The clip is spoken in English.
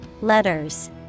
Letters